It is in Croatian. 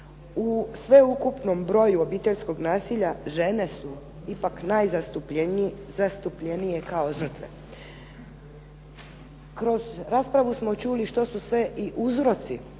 U sveukupnom broju obiteljskog nasilja žene su ipak najzastupljenije kao žrtve. Kroz raspravu smo čuli što su sve i uzroci